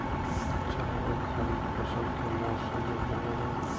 चावल खरीफ फसल के मौसम में होबो हइ